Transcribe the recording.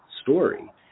story